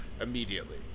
immediately